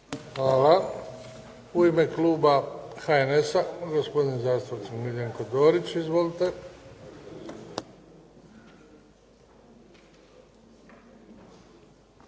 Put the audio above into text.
Hvala. U ime Kluba HNS-a gospodin zastupnik Miljenko Dorić, izvolite.